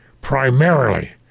primarily